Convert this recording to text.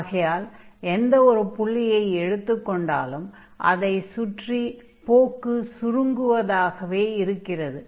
ஆகையால் எந்த ஒரு புள்ளியை எடுத்துக் கொண்டாலும் அதைச் சுற்றி போக்கு சுருங்குவதாக இருக்கிறது